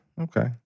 okay